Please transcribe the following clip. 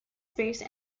space